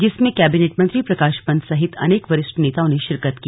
जिसमें कैबिनेट मंत्री प्रकाश पंत सहित अनेक वरिष्ठ नेताओं ने शिरकत की